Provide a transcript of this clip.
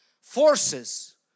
forces